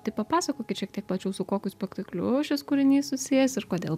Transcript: tai papasakokit šiek tiek plačiau su kokiu spektakliu šis kūrinys susijęs ir kodėl